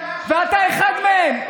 ואתה אחד מהם,